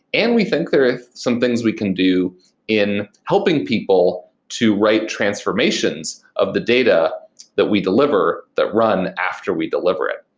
and we think there are some things we can do in helping people to write transformations of the data that we deliver that run after we deliver it.